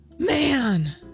Man